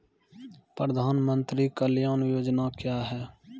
प्रधानमंत्री कल्याण योजना क्या हैं?